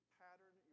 pattern